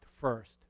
first